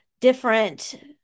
different